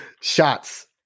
Shots